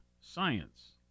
science